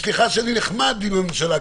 וסליחה שאני נחמד עם הממשלה,